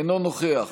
אינו נוכח